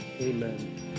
Amen